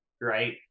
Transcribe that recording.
right